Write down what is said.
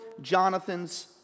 Jonathan's